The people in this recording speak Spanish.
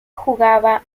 jugaba